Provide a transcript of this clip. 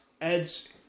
Edge